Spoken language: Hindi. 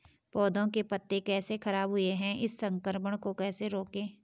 पौधों के पत्ते कैसे खराब हुए हैं इस संक्रमण को कैसे रोकें?